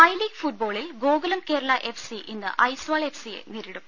I League ഫുട്ബാളിൽ Gokulam Kerala F C ഇന്ന് Aizawl F സിയെ നേരിടും